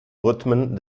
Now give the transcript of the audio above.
rhythmen